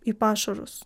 į pašarus